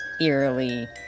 eerily